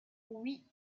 oui